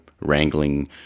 wrangling